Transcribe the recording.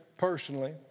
personally